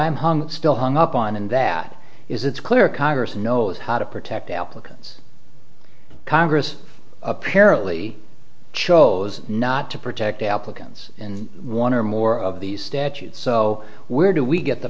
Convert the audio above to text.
i'm hung still hung up on and that is it's clear congress knows how to protect applicants congress apparently chose not to protect applicants in one or more of these statutes so where do we get the